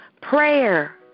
prayer